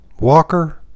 Walker